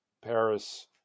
Paris